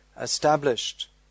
established